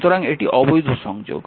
সুতরাং এটি অবৈধ সংযোগ